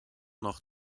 noch